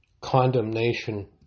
condemnation